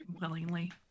willingly